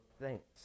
thanks